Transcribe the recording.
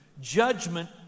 judgment